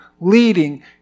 leading